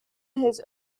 his